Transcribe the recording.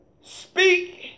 Speak